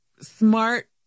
smart